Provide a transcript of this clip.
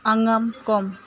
ꯑꯉꯝ ꯀꯣꯝ